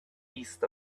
east